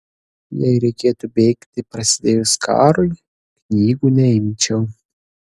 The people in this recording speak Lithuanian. jei reikėtų bėgti prasidėjus karui knygų neimčiau